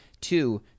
Two